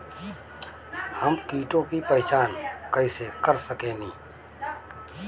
हम कीटों की पहचान कईसे कर सकेनी?